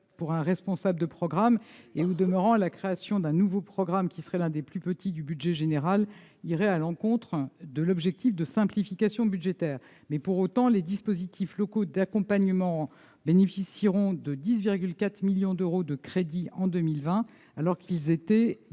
pour un responsable de programme. Au demeurant, la création d'un nouveau programme, qui serait l'un des plus petits du budget général, irait à l'encontre de l'objectif de simplification budgétaire. Pour autant, les dispositifs locaux d'accompagnement bénéficieront de 10,4 millions d'euros de crédits en 2020, alors que